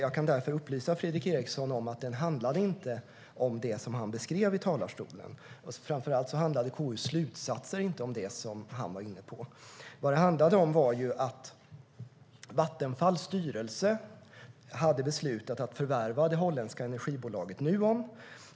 Jag kan därför upplysa Fredrik Eriksson om att den inte handlade om det som han beskrev i talarstolen. Framför allt handlade inte KU:s slutsatser om det han var inne på. Det handlade om att Vattenfalls styrelse hade beslutat att förvärva det holländska energibolaget Nuon.